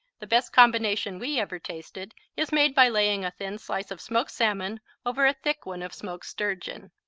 the best combination we ever tasted is made by laying a thin slice of smoked salmon over a thick one of smoked sturgeon.